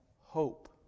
hope